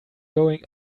going